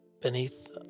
beneath